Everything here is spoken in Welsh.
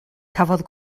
cafodd